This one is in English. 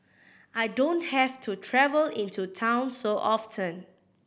I don't have to travel into town so often